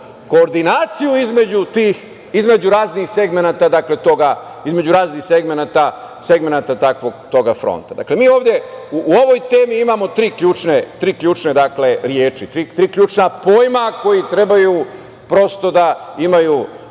koordinaciju između raznih segmenata takvog fronta. Dakle, mi ovde, u ovoj temi imamo tri ključne reči, tri ključna pojma koji trebaju prosto da imaju,